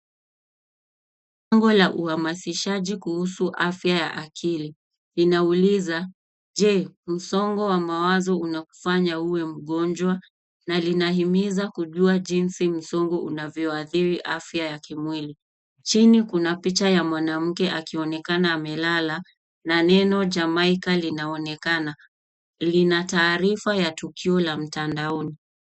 Msongo la uwamazishaji kuhusu afya ya akili. Linauliza, Je, msongo wa mawazo unakufanya uwe mgonjwa? Na linahimiza kujua jinsi msongo unavyoathiri afya ya kimwili. Chini kuna picha ya mwanamke akionekana amelala na neno Jamaica linaonekana. Lina taarifa ya tukio la mtandaoni.